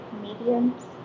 Mediums